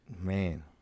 Man